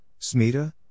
Smita